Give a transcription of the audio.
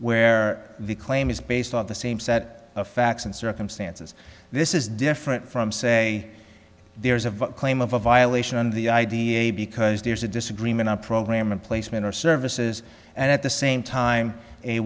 where the claim is based on the same set of facts and circumstances this is different from say there's a claim of a violation on the idea because there's a disagreement on program and placement or services and at the same time a